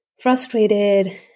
frustrated